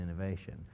innovation